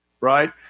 right